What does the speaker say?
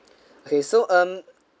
okay so um